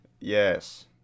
Yes